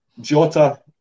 Jota